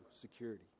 security